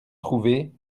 trouvés